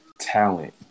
talent